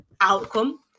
outcome